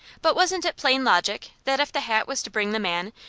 but wasn't it plain logic, that if the hat was to bring the man,